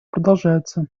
продолжаются